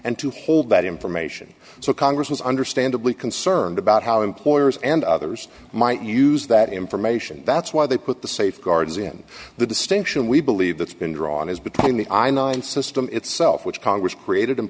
and to hold that information so congress was understandably concerned about how employers and others might use that information that's why they put the safeguards in the distinction we believe that's been drawn is between the i nine system itself which congress created and